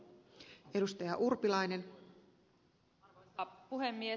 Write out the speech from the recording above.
arvoisa puhemies